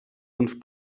uns